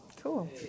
Cool